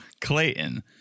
Clayton